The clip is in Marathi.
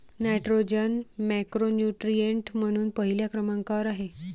नायट्रोजन मॅक्रोन्यूट्रिएंट म्हणून पहिल्या क्रमांकावर आहे